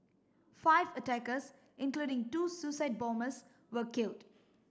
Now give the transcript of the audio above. five attackers including two suicide bombers were killed